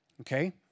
Okay